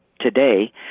today